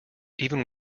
even